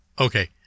okay